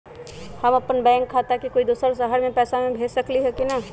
हम अपन बैंक खाता से कोई दोसर शहर में पैसा भेज सकली ह की न?